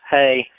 hey